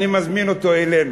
אני מזמין אותו אלינו,